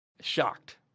shocked